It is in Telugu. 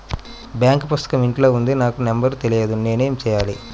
బాంక్ పుస్తకం ఇంట్లో ఉంది నాకు నంబర్ తెలియదు నేను ఏమి చెయ్యాలి?